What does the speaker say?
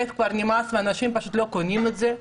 כבר נמאסו ואנשים פשוט לא קונים את זה?